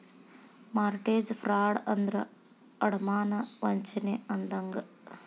mortgage fraud ಅಂದ್ರ ಅಡಮಾನ ವಂಚನೆ ಅಂದಂಗ